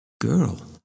Girl